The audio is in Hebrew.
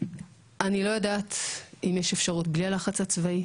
אני לא יודעת אם יש אפשרות בלי הלחץ הצבאי,